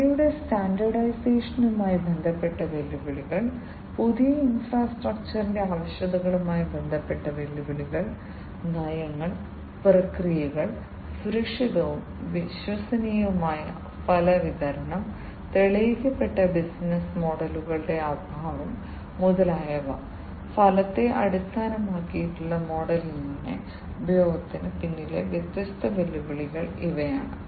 വിലയുടെ സ്റ്റാൻഡേർഡൈസേഷനുമായി ബന്ധപ്പെട്ട വെല്ലുവിളികൾ പുതിയ ഇൻഫ്രാസ്ട്രക്ചറിന്റെ ആവശ്യകതയുമായി ബന്ധപ്പെട്ട വെല്ലുവിളികൾ നയങ്ങൾ പ്രക്രിയകൾ സുരക്ഷിതവും വിശ്വസനീയവുമായ ഫല വിതരണം തെളിയിക്കപ്പെട്ട ബിസിനസ്സ് മോഡലുകളുടെ അഭാവം മുതലായവ ഫലത്തെ അടിസ്ഥാനമാക്കിയുള്ള മോഡലിന്റെ ഉപയോഗത്തിന് പിന്നിലെ വ്യത്യസ്ത വെല്ലുവിളികൾ ഇവയാണ്